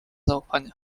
zaufanie